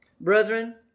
Brethren